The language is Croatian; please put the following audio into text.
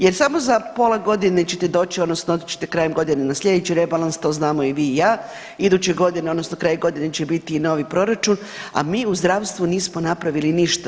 Jer samo za pola godine ćete doći, odnosno otići ćete krajem godine na sljedeći rebalans, to znamo i vi i ja, iduće godine, odnosno kraj godine će biti i novi proračun, a mi u zdravstvu nismo napravili ništa.